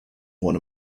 one